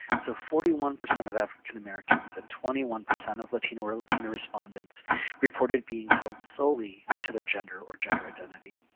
so, forty one percent of african-americans and twenty one percent of latino or latina respondents reported being held solely to their gender or gender identity.